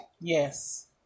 Yes